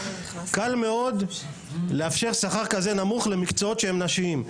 קל מאוד לאפשר שכר כזה נמוך למקצועות שהם נשיים.